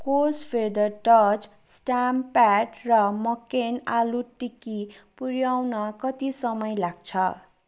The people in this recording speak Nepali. course feather touch stamp pad र मकेन आलु टिक्की पुऱ्याउन कति समय लाग्छ